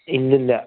ഇല്ലില്ല